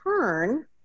turn